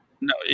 No